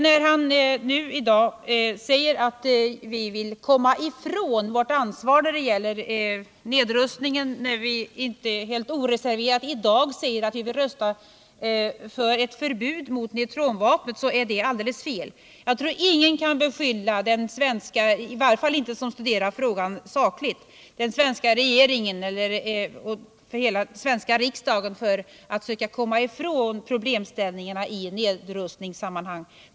När han i dag säger att vi vill komma ifrån vårt ansvar när det gäller nedrustningen, för att vi inte helt oreserverat säger att vi vill rösta för ett förbud mot neutronvapnet, är det alldeles fel. Jag tror ingen —i varje fall ingen som studerat frågan sakligt — kan beskylla den svenska regeringen eller den svenska riksdagen för att söka komma ifrån problemställningarna i nedrustningssammanhang.